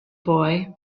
boy